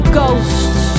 ghosts